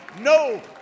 no